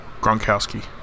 Gronkowski